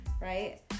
Right